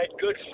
good